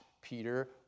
Peter